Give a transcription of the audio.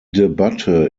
debatte